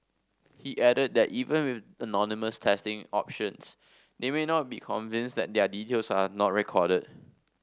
he added that even with anonymous testing options they may not be convinced that their details are not recorded